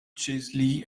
chesley